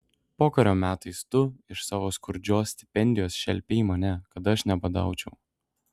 pokario metais tu iš savo skurdžios stipendijos šelpei mane kad aš nebadaučiau